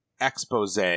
expose